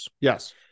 Yes